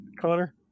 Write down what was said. Connor